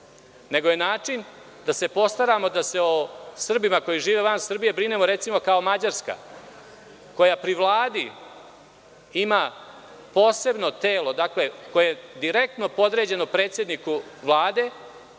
nego je način da se postaramo da se o Srbima koji žive van Srbije, brinemo kao Mađarska koja pri Vladi ima posebno telo koje je direktno podređeno predsedniku Vlade